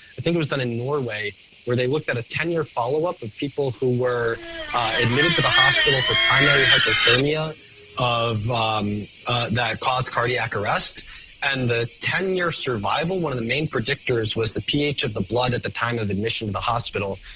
think it was done in norway where they looked at a ten year follow up of people who were admitted to the hospital for primary hypothermia um that caused cardiac arrest and the ten year survival, one of the main predictors, was the ph of the blood at the time of admission to the hospital.